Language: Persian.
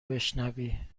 بشنوی